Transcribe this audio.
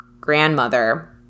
grandmother